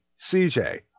CJ